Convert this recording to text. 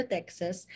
Texas